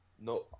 No